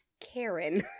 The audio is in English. Karen